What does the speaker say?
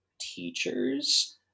teachers